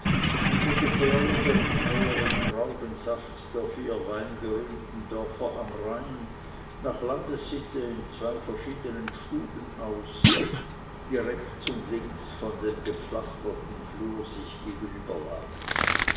und den gefährlichern hellen traubensaft der vier weinberühmten dörfer am rhein nach landessitte in zwei verschiedenen stuben aus die rechts und links von dem gepflasterten flur sich